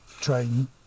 train